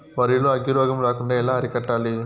వరి లో అగ్గి రోగం రాకుండా ఎలా అరికట్టాలి?